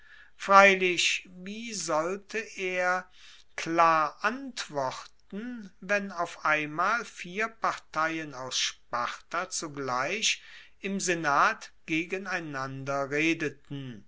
freilich wie sollte er klar antworten wenn auf einmal vier parteien aus sparta zugleich im senat gegeneinander redeten